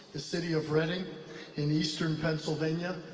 the city of reading in eastern pennsylvania.